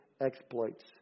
exploits